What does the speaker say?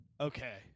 okay